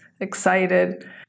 excited